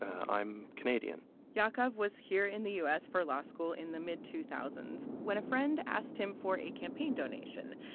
i'm canadian yaakov was here in the u s. for law school in the mid two thousand s when a friend asked him for a campaign donation.